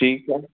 ठीकु आहे